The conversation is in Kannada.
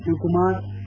ಶಿವಕುಮಾರ್ ಇ